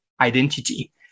identity